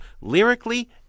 lyrically